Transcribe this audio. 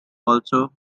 also